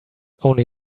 only